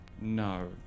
No